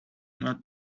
not